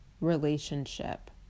relationship